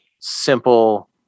simple